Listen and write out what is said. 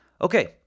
Okay